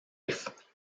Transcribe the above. life